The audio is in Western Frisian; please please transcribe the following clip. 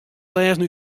lêzen